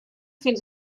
fins